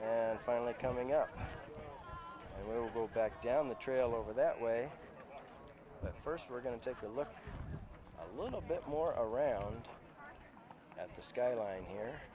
and finally coming up we'll go back down the trail over that way but first we're going to take a look a little bit more a round at the skyline here